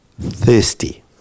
Thirsty